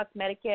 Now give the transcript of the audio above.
Medicare